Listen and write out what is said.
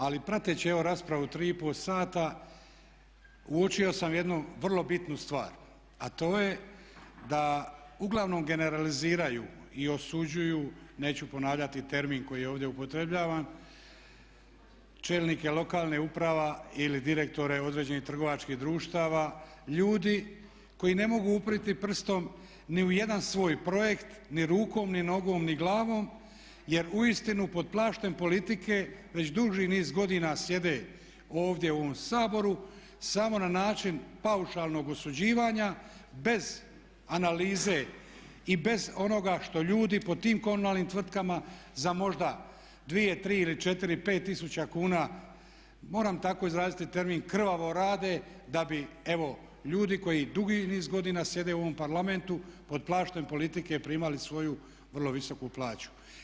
Ali prateći evo raspravu 3,5 sata uočio sam jednu vrlo bitnu stvar a to je da uglavnom generaliziraju i osuđuju, neću ponavljati termin koji je ovdje upotrebljavan, čelnike lokalnih uprava ili direktore određenih trgovačkih društava ljudi koji ne mogu uprijeti prstom ni u jedan svoj projekt ni rukom ni nogom ni glavom jer uistinu pod plaštem politike već duži niz godina sjede ovdje u ovom Saboru samo na način paušalnog osuđivanja bez analize i bez onoga što ljudi po tim komunalnim tvrtkama za možda 2, 3 ili 4, 5 tisuća kuna moram tako izraziti termin krvavo rade da bi evo ljudi koji dugi niz godina sjede u ovom Parlamentu pod plaštem politike primali svoju vrlo visoku plaću.